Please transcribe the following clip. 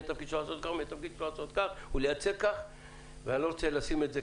מי התפקיד שלו לעשות כך אני לא רוצה לשים את זה